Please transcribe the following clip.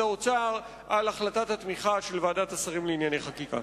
האוצר על החלטת התמיכה של ועדת השרים לענייני חקיקה.